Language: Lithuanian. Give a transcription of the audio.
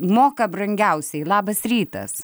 moka brangiausiai labas rytas